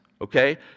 okay